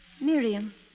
Miriam